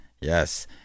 Yes